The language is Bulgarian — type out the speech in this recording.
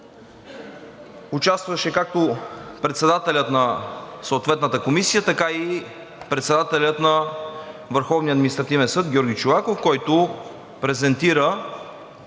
Участваше както председателят на съответната комисия, така и председателят на Върховния административен съд Георги Чолаков, който презентира